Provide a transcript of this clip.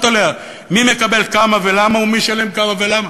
עליה: מי מקבל כמה ולמה ומי ישלם כמה ולמה.